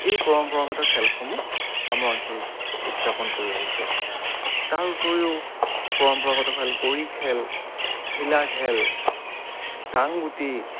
এই পৰম্পৰাগত খেলসমূহ আমাৰ অঞ্চলত উদযাপন কৰি আহিছে তাৰোপৰিও পৰম্পৰাগত খেল কড়ি খেল ঘিলা খেল টাংগুটি